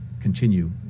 continue